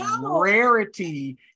rarity